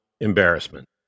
embarrassment